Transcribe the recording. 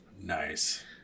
Nice